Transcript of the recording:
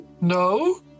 no